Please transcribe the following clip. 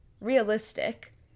realistic